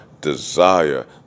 desire